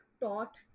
taught